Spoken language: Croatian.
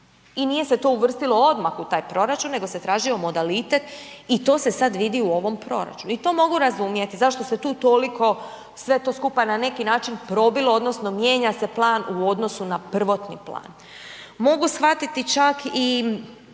i nije se to uvrstilo odmah u taj proračun, nego se tražio modalitet i to se sad vidi u ovom proračunu i to mogu razumjeti zašto se tu toliko sve to skupa na neki način probilo odnosno mijenja se plan u odnosu na prvotni plan. Mogu shvatiti čak i